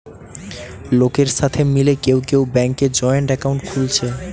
লোকের সাথে মিলে কেউ কেউ ব্যাংকে জয়েন্ট একাউন্ট খুলছে